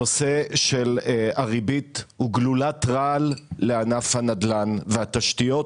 הנושא של הריבית הוא גלולת רעל לענף הנדל"ן והתשתיות,